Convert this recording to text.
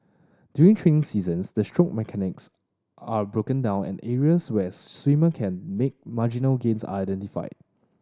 during training seasons the stroke mechanics are broken down and areas where swimmer can make marginal gains are identified